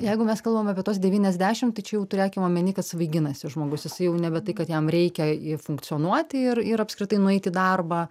jeigu mes kalbam apie tuos devyniasdešim tai čia jau turėkim omeny kad svaiginasi žmogus jisai jau nebe tai kad jam reikia į funkcionuoti ir ir apskritai nueit į darbą